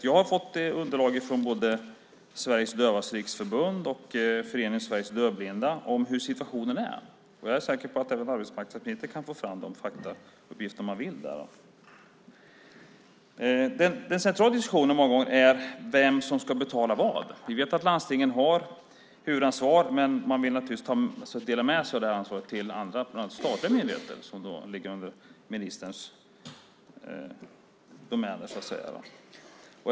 Jag har fått underlag från både Sveriges Dövas Riksförbund och Föreningen Sveriges Dövblinda om hur situationen är. Jag är säker på att även arbetsmarknadsministern kan få fram de faktauppgifterna om han vill. Den centrala diskussionen är många gånger vem som ska betala vad. Vi vet att landstingen har huvudansvar, men man vill naturligtvis dela med sig av det ansvaret till andra, framför allt statliga myndigheter som ligger under ministerns domäner.